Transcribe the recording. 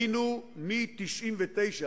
משנת 1999,